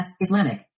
Islamic